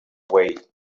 way